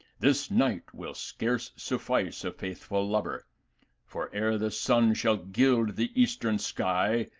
this night will scarce suffice a faithful lover for, ere the sun shall gild the eastern sky,